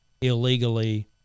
illegally